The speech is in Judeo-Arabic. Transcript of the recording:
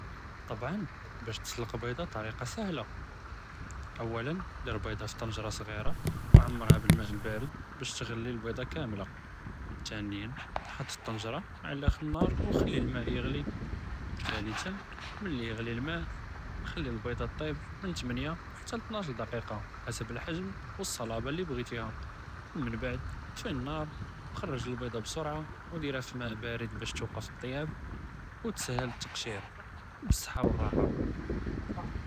טבען באש תסלק ביצה, אלטוריקה סהלה, אואלא דיר ביצה פי טנג'רה סג'ירה ו עמּרהא בִּאלמאא' אִלבארד באש תג'לי אלביצה כאמלה, תאניה חֻט אִלטנג'רה עלא אחר נאר ו חְלִי אלמאא' יִעְ'לי, תאלתה מן לי יִעְ'לי אלמאא' חְלִי אלביצה תִטבּ מן תמניה חתה ל תאנאש דקִיקָה חסב אלחג'ם ו אלצְלַאבּה לי בע'יתהא, ומן בעד אִטְפִי אִלנאר ו ח'רּג אלביצה בִּסְרְעָה ו דירהא פי אלמאא' אִלבארד באש תּוּקּף אִלטִטְיאבּ ו תִּסְהַל אִلتַקשִיר, ו בִּצהא ו לראחה.